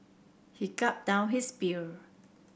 he gulped down his beer